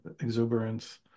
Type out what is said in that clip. exuberance